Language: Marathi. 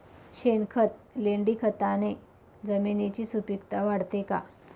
शेणखत, लेंडीखताने जमिनीची सुपिकता वाढते का?